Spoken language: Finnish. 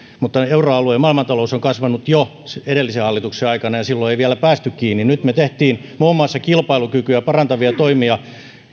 mutta euroalue ja maailmantalous kasvoivat jo edellisen hallituksen aikana eikä silloin vielä päästy kiinni nyt me teimme muun muassa kilpailukykyä parantavia toimia